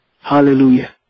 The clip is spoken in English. Hallelujah